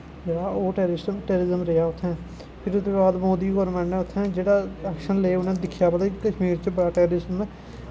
जेह्ड़ा टैर्रिज़म रेहा उत्थै फिर मोदी गौरमैंट नै उत्थै जेह्ड़ा ऐक्शन ले उ'नें दिक्खेआ कश्मीर च बड़ा टैररिज़म ऐ